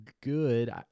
good